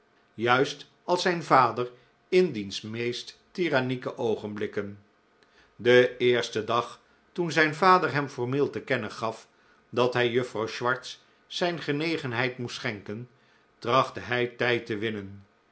juist als zijn vader in diens meest tirannieke oogenblikken den eersten dag toen zijn vader hem formeel te kennen gaf dat hij juffrouw swartz zijn genegenheid moest schenken trachtte hij tijd te winnen